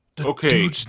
Okay